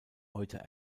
heute